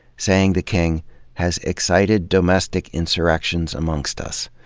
saying the king has excited domestic insurrections amongst us.